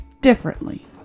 differently